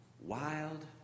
wild